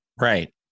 Right